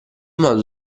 modo